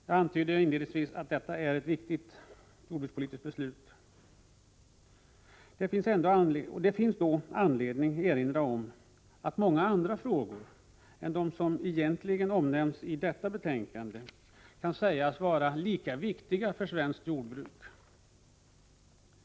Jag antydde inledningsvis att detta är ett viktigt jordbrukspolitiskt beslut. Det finns ändå anledning erinra om att många andra frågor än de som omnämns i detta betänkande kan sägas vara lika viktiga för svenskt jordbruk.